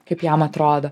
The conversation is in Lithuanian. kaip jam atrodo